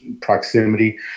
proximity